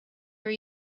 are